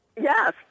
Yes